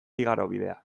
igarobidea